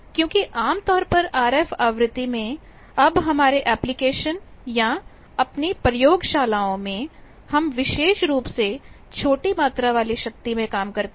क्योंकि आमतौर पर आरएफ आवृत्ति में अब हमारे एप्लीकेशन या अपनी प्रयोगशालाओं में हम विशेष रूप से छोटी मात्रा वाली शक्ति के साथ काम करते हैं